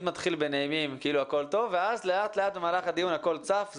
מתחיל בנעימים כאילו הכול טוב ואז לאט לאט במהלך הדיון הכול צף.